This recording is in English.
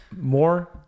More